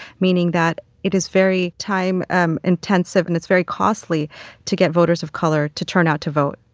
meaning that it is very time um intensive and it's very costly to get voters of color to turn out to vote,